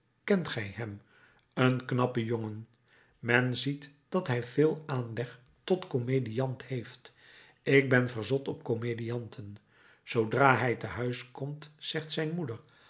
kent gij hem een knappen jongen men ziet dat hij veel aanleg tot komediant heeft ik ben verzot op komedianten zoodra hij te huis komt zegt zijn moeder